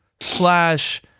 slash